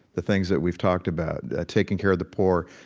the things that we've talked about taking care of the poor,